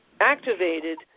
activated